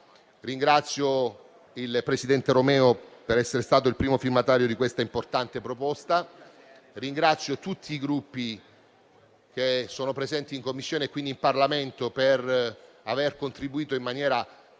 Ringrazio il presidente Romeo per essere stato il primo firmatario di questa importante proposta, ringrazio tutti i Gruppi che sono stati presenti in Commissione - quindi in Parlamento - per aver contribuito in maniera importante